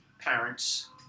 parents